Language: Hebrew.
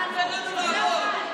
תן לנו לעבוד.